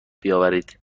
بیاورید